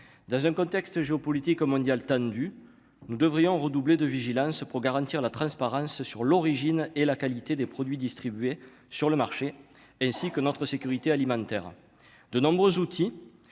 dans un contexte géopolitique mondial tendu, nous devrions redoubler de vigilance pour garantir la transparence sur l'origine et la qualité des produits distribués sur le marché, ainsi que notre sécurité alimentaire, de nombreux outils